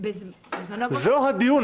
זה הדיון.